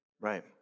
Right